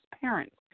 parents